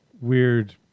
weird